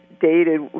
dated